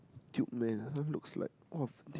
cute meh that one looks like !wah! do you